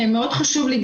מאוד חשוב לי,